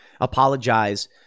apologize